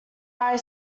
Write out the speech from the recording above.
eye